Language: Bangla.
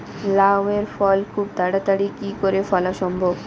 লাউ এর ফল খুব তাড়াতাড়ি কি করে ফলা সম্ভব?